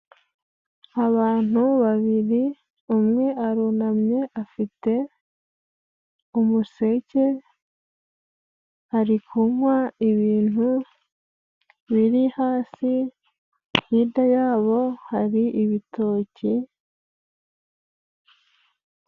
Abantu babiri umwe arunamye afite umuseke ari kunywa ibintu biri hasi, hida yabo hari ibitoki.